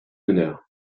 meneurs